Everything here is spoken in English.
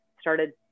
started